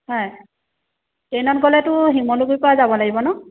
হয় ট্ৰেইনত গ'লেতো শিমলুগুৰীৰ পৰা যাব লাগিব নহ্